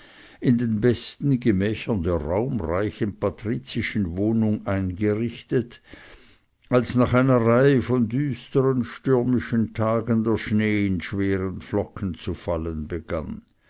in den besten gemächern der raumreichen patrizischen wohnung eingerichtet als nach einer reihe von düstern stürmischen tagen der schnee in schweren flocken zu fallen begann